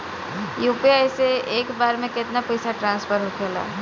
UPI से एक बार मे केतना पैसा ट्रस्फर होखे ला?